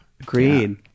agreed